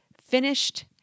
finished